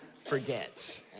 forgets